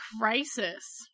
crisis